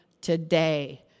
today